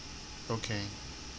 okay